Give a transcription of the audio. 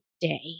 day